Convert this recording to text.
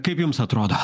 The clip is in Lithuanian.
kaip jums atrodo